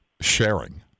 sharing